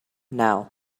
now